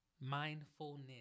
Mindfulness